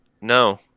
no